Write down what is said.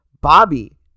Bobby